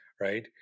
right